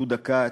יהודה כץ,